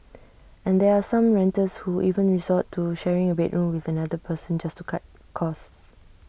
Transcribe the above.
and there are some renters who even resort to sharing A bedroom with another person just to cut costs